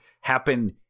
happen